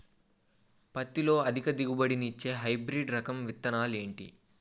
పత్తి లో అధిక దిగుబడి నిచ్చే హైబ్రిడ్ రకం విత్తనాలు ఏంటి